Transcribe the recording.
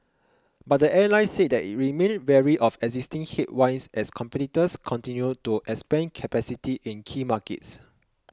but the airline said that it remained wary of existing headwinds as competitors continue to expand capacity in key markets